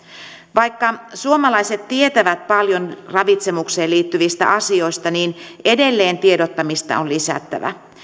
vaikka suomalaiset tietävät paljon ravitsemukseen liittyvistä asioista niin edelleen tiedottamista on lisättävä